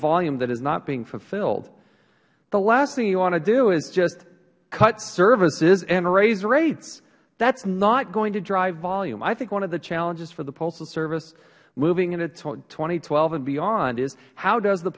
volume that is not being fulfilled the last thing you want to do is just cut services and raise rates that is not going to drive volume i think one of the challenges for the postal service moving into two thousand and twelve and beyond is how does the